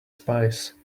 spice